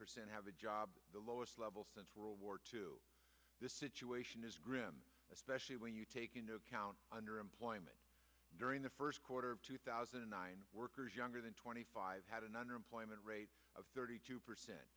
percent have a job the lowest level since world war two this situation is grim especially when you take into account under employment during the first quarter of two thousand and nine workers younger than twenty five had an unemployment rate of thirty two percent